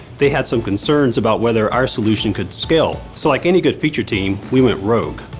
they had some concerns about whether our solution could scale, so like any good feature team, we went rogue.